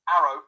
Arrow